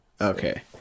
okay